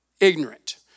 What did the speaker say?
ignorant